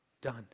done